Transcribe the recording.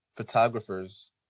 photographers